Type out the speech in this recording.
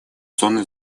зоны